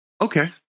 Okay